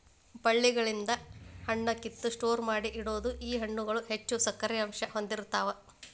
ಬಳ್ಳಿಗಳಿಂದ ಹಣ್ಣ ಕಿತ್ತ ಸ್ಟೋರ ಮಾಡಿ ಇಡುದು ಈ ಹಣ್ಣುಗಳು ಹೆಚ್ಚು ಸಕ್ಕರೆ ಅಂಶಾ ಹೊಂದಿರತಾವ